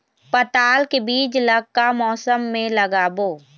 पताल के बीज ला का मौसम मे लगाबो?